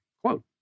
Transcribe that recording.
Quote